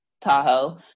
Tahoe